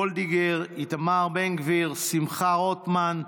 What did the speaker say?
מיכל וולדיגר, איתמר בן גביר, שמחה רוטמן,